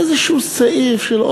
איזשהו סעיף של,